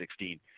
2016